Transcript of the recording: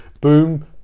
boom